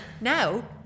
Now